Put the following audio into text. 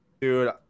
Dude